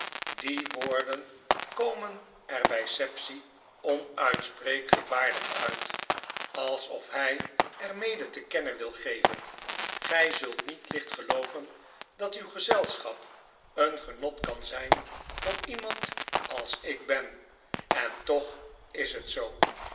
die woorden komen er bij sapsea onuitsprekelijk waardig uit alsof hij er mede te kennen wil gevenrgij zult niet licht gelooven dat uw gezelschap een genot kan zijn voor iemand als ik ben en toch is het zoo